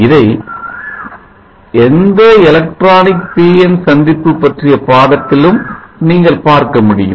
இதை எந்த electronic PN PN சந்திப்பு பற்றிய பாடத்திலும் நீங்கள் பார்க்க முடியும்